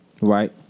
Right